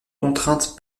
contraintes